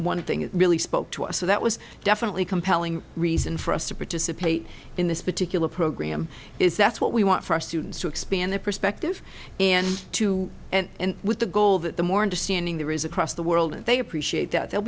one thing that really spoke to us so that was definitely a compelling reason for us to participate in this particular program is that's what we want for our students to expand their perspective and to and with the goal that the more and are standing there is across the world and they appreciate that they'll